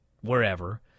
wherever